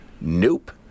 Nope